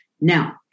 Now